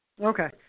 Okay